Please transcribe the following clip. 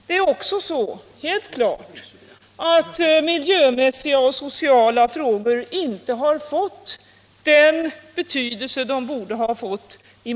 Det är också helt klart att miljömässiga och sociala frågor i många sammanhang inte har fått den betydelse de borde ha fått.